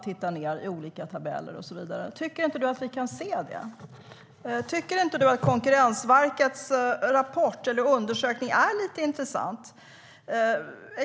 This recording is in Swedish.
Tycker inte du att det syns? Tycker inte Anders Jonsson att Konkurrensverkets undersökning är lite intressant?